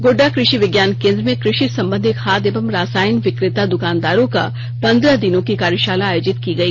गोड्डा कृषि विज्ञान केंद्र में कृषि संबंधी खाद एवं रसायन विक्रेता द्कानदारों का पंद्रह दिनों की कार्यशाला आयोजित की गई